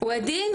הוא עדין,